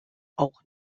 auch